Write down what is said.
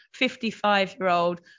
55-year-old